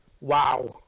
wow